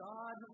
God